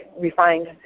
refined